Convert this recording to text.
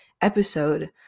episode